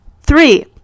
Three